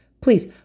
please